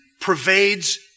pervades